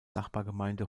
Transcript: nachbargemeinde